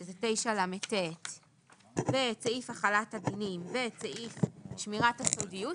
שזה 9לט ואת סעיף החלת הדינים ואת סעיף שמירת הסודיות,